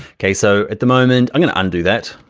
okay, so at the moment, i'm gonna undo that.